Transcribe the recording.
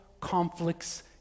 conflicts